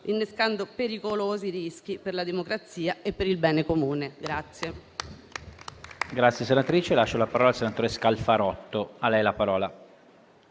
innescando pericolosi rischi per la democrazia e per il bene comune.